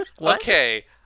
okay